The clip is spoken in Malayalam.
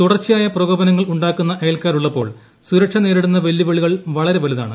തുടർച്ചയായ പ്രകോപനങ്ങൾ ഉണ്ടാക്കുന്ന അയൽക്കാരുള്ളപ്പോൾ സുരക്ഷ നേരിടുന്ന വെല്ലുവിളികൾ വളരെ വലുതാണ്